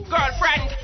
Girlfriend